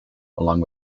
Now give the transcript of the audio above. along